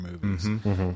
movies